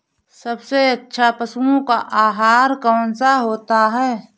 सबसे अच्छा पशुओं का आहार कौन सा होता है?